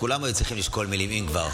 כולנו צריכים לשקול מילים, אם כבר.